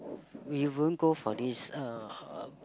we won't go for this uh